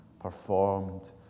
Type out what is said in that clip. performed